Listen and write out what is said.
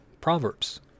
proverbs